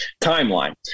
timeline